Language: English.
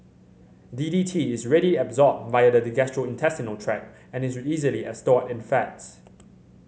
D D T is readily absorbed via the gastrointestinal tract and is easily stored in fats